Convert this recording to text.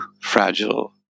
fragile